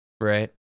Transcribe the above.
right